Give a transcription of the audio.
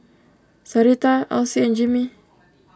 Sarita Alcee and Jimmie